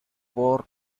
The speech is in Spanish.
por